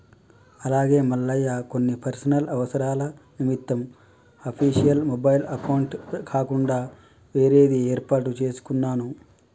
అలాగే మల్లయ్య కొన్ని పర్సనల్ అవసరాల నిమిత్తం అఫీషియల్ మొబైల్ అకౌంట్ కాకుండా వేరేది ఏర్పాటు చేసుకున్నాను